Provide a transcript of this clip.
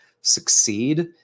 succeed